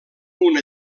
una